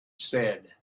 said